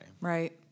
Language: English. right